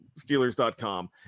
Steelers.com